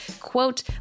quote